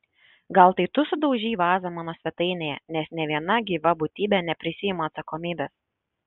gal tai tu sudaužei vazą mano svetainėje nes nė viena gyva būtybė neprisiima atsakomybės